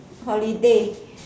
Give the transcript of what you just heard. holiday